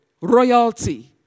royalty